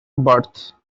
birth